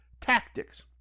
tactics